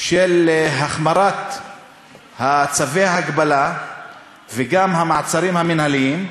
להחמרת צווי ההגבלה וגם המעצרים המינהליים.